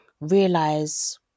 realize